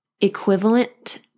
equivalent